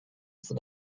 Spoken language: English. for